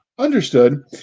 Understood